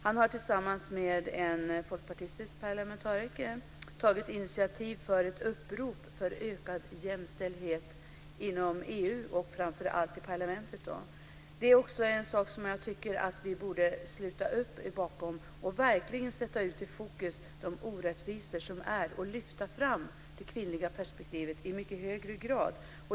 Han har tillsammans med en folkpartistisk parlamentariker tagit initiativ till ett upprop för ökad jämställdhet inom EU och framför allt då i parlamentet. Det är också en sak som jag tycker att vi borde sluta upp bakom att verkligen sätta i fokus, alltså de orättvisor som finns. Vi borde lyfta fram det kvinnliga perspektivet i mycket högre grad.